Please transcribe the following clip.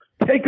take